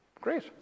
Great